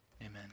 Amen